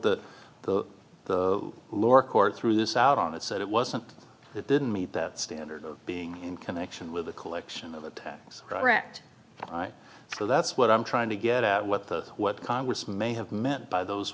what that the lower court threw this out on that said it wasn't it didn't meet that standard of being in connection with the collection of attacks correct so that's what i'm trying to get out what the what congress may have meant by those